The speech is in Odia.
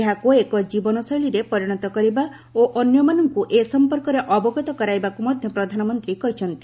ଏହାକୁ ଏକ ଜୀବନଶୈଳୀରେ ପରିଣତ କରିବା ଓ ଅନ୍ୟମାନଙ୍କୁ ଏ ସଂପର୍କରେ ଅବଗତ କରାଇବାକୁ ମଧ୍ୟ ପ୍ରଧାନମନ୍ତ୍ରୀ କହିଛନ୍ତି